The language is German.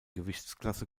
gewichtsklasse